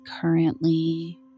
currently